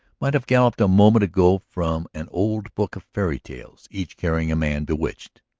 might have galloped a moment ago from an old book of fairy-tales, each carrying a man bewitched,